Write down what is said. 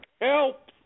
help